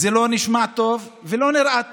זה לא נשמע טוב ולא נראה טוב.